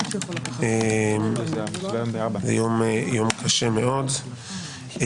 היום יום קשה מאוד.